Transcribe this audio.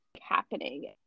happening